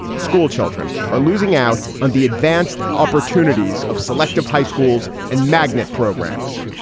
schoolchildren are losing out on the advanced opportunities of selective high schools and magnet programs.